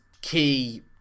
key